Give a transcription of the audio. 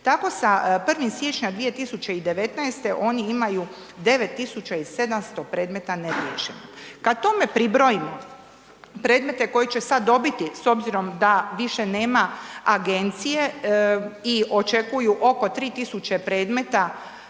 Tako sa 1. siječnja 2019. oni imaju 9 700 neriješenih. Kad tome pribrojimo predmete koje će sad dobiti s obzirom da više nema agencije i očekuju oko 3 000 predmeta